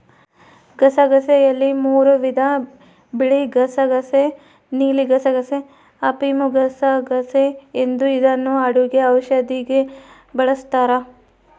ಗಸಗಸೆಯಲ್ಲಿ ಮೂರೂ ವಿಧ ಬಿಳಿಗಸಗಸೆ ನೀಲಿಗಸಗಸೆ, ಅಫಿಮುಗಸಗಸೆ ಎಂದು ಇದನ್ನು ಅಡುಗೆ ಔಷಧಿಗೆ ಬಳಸ್ತಾರ